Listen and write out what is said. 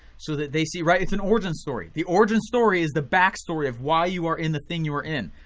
so that they see, right, it's a and origin story. the origin story is the back story of why you are in the thing you are in.